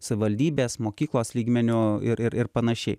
savivaldybės mokyklos lygmeniu ir ir ir panašiai